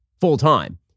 full-time